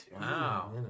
Wow